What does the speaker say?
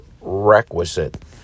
requisite